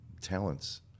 talents